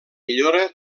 millora